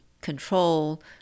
control